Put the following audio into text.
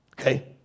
Okay